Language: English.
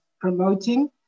promoting